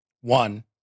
One